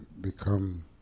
become